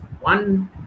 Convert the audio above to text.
one